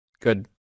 good